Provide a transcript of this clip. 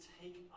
take